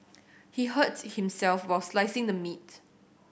he hurt himself while slicing the meat